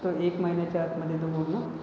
तो एक महिन्याच्या आत माझ्याजवळून